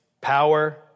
power